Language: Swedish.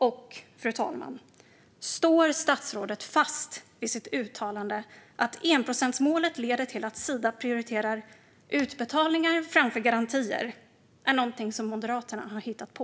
Och, fru talman, står statsrådet fast vid sitt uttalande om att detta med att enprocentsmålet leder till att Sida prioriterar utbetalningar framför garantier är någonting som Moderaterna har hittat på?